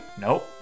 Nope